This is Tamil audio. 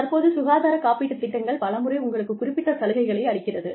தற்போது சுகாதார காப்பீட்டுத் திட்டங்கள் பல முறை உங்களுக்கு குறிப்பிட்ட சலுகைகளை அளிக்கிறது